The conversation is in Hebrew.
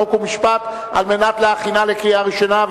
חוק ומשפט על מנת להכינה לקריאה ראשונה.